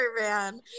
man